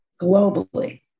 globally